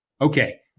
Okay